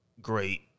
great